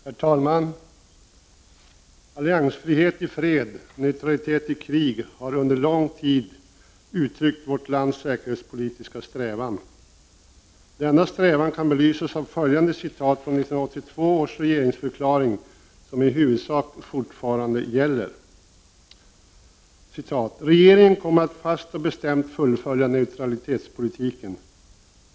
Herr talman! Alliansfrihet i fred — neutralitet i krig, har under lång tid uttryckt vårt lands säkerhetspolitiska strävan. Denna strävan kan belysas av följande citat från 1982 års regeringsförklaring, som i huvudsak fortfarande gäller. ”Regeringen kommer att fast och bestämt fullfölja neutralitetspolitiken.